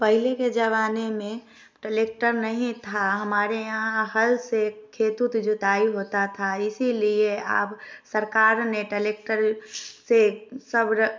पहले के ज़माने में टलेक्टर नहीं था हमारे यहाँ हल से खेत उत जोताई होता था इसीलिए अब सरकार ने टलेक्टर से सब र